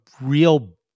real